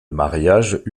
mariage